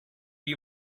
you